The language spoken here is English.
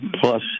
plus